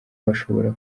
bashobora